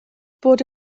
bod